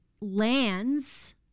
lands